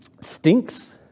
stinks